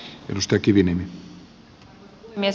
arvoisa puhemies